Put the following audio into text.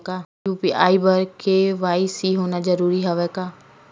UPI बर KYC होना जरूरी हवय का?